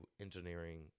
engineering